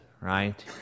right